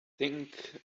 think